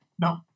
No